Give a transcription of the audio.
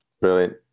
brilliant